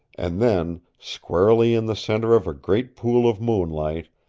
and then, squarely in the center of a great pool of moonlight,